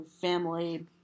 family